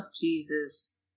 jesus